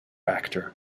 actor